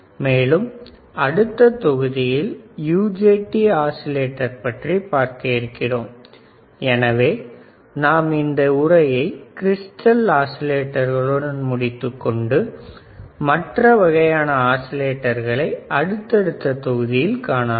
மேலும் அடுத்த தொகுதியில் UJT ஆஸிலேட்டர் பற்றி பார்க்க இருக்கிறோம் எனவே நாம் இந்த உரையை கிறிஸ்டல் ஆஸிலேட்டர்களுடன் முடித்துக்கொண்டு மற்ற வகையான ஆஸிலேட்டர்களை அடுத்த தொகுதியில் காணலாம்